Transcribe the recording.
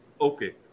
Okay